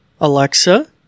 Alexa